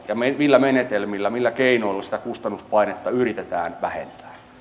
ja millä menetelmillä millä keinoilla sitä kustannuspainetta joka on olemassa yritetään vähentää